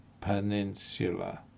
Peninsula